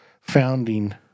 founding